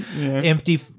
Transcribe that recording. empty